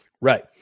Right